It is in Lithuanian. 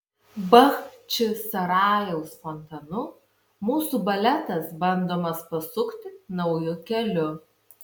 bachčisarajaus fontanu mūsų baletas bandomas pasukti nauju keliu